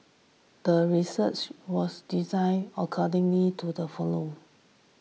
the research was designed accordingly to the hypothesis